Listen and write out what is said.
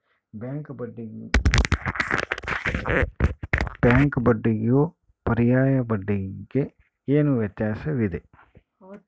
Bank ಬಡ್ಡಿಗೂ ಪರ್ಯಾಯ ಬಡ್ಡಿಗೆ ಏನು ವ್ಯತ್ಯಾಸವಿದೆ?